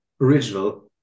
original